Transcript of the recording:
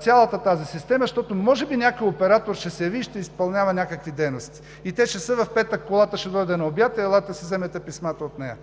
цялата тази система, защото може би някой оператор ще се яви и ще изпълнява някакви дейности, и те ще са: в петък колата ще дойде на обяд, елате да си вземете писмата от нея.